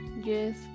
Yes